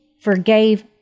forgave